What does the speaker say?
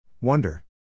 Wonder